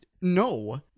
no